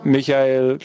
Michael